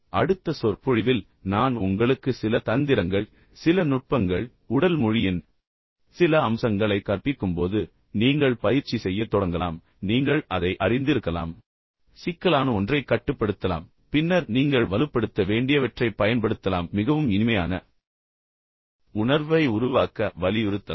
அடுத்த சொற்பொழிவில் நான் உங்களுக்கு சில தந்திரங்கள் சில நுட்பங்கள் உடல் மொழியின் சில அம்சங்களை கற்பிக்கும்போது நீங்கள் பயிற்சி செய்யத் தொடங்கலாம் நீங்கள் அதை அறிந்திருக்கலாம் சிக்கலான ஒன்றைக் கட்டுப்படுத்தலாம் பின்னர் நீங்கள் வலுப்படுத்த வேண்டியவற்றைப் பயன்படுத்தலாம் மிகவும் இனிமையான உணர்வை உருவாக்க வலியுறுத்தலாம்